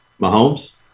Mahomes